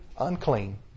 unclean